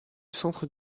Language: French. centre